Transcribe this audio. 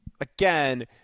again